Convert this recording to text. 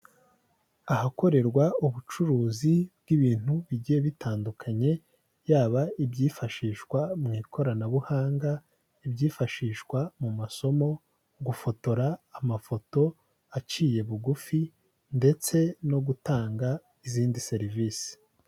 Ahakorerwa ubucuruzi bw'ibintu bigiye bitandukanye, yaba ibyifashishwa mu ikoranabuhanga, ibyifashishwa mu masomo, gufotora amafoto aciye bugufi, ndetse no gutanga izindi serivisi.